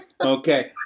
okay